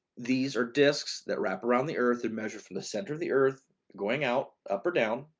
these are disks that wrap around the earth and measure from the center of the earth going out, up or down,